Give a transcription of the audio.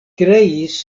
kreis